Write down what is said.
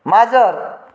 माजर